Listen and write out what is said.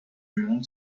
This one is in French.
monde